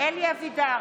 אלי אבידר,